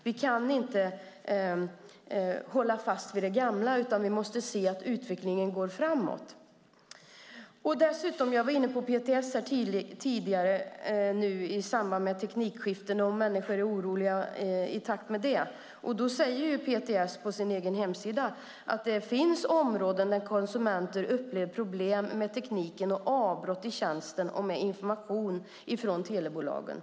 Vi kan inte hålla fast vid det gamla, utan vi måste se att utvecklingen går framåt. Jag var inne på PTS tidigare. Det var i samband med teknikskiften och att människor är oroliga i och med det. Då säger PTS på sin egen hemsida att det finns områden där konsumenter upplever problem med tekniken, med avbrott i tjänsten och med information från telebolagen.